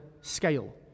scale